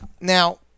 Now